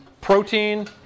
protein